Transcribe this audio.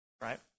right